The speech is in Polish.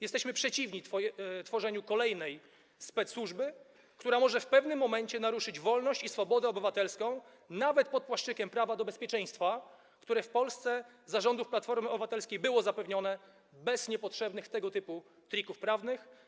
Jesteśmy przeciwni tworzeniu kolejnej specsłużby, która może w pewnym momencie naruszyć wolność i swobodę obywatelską, nawet pod płaszczykiem prawa do bezpieczeństwa, które w Polsce za rządów Platformy Obywatelskiej było zapewnione bez niepotrzebnych tego typu trików prawnych.